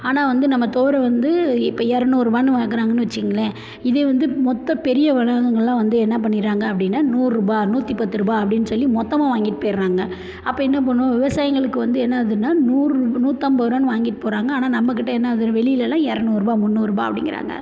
ஆனால் வந்து நம்ம துவர வந்து இப்போ எரநூறுரூவானு வாங்குகிறாங்கன்னு வச்சிக்கோங்களேன் இதே வந்து மொத்த பெரிய வளாகங்கள்லாம் வந்து என்ன பண்ணிடுறாங்க அப்படின்னா நூறுரூபா நூற்றி பத்துரூபாய் அப்படின்னு சொல்லி மொத்தமாக வாங்கிட்டு போய்ட்றாங்க அப்போ என்ன பண்ணும் விவசாயிங்களுக்கு வந்து என்னாகுதுன்னா நூறு நூற்றம்பது ரூபானு வாங்கிட்டு போகிறாங்க ஆனால் நம்மக்கிட்ட என்னாகுது வெளியிலலாம் எரநூறுரூபா முந்நூறுரூபா அப்படிங்கிறாங்க